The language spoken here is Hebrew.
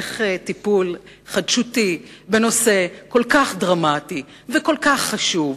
איך טיפול חדשותי בנושא כל כך דרמטי וכל כך חשוב,